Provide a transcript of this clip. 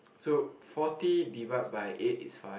so forty divide by eight is five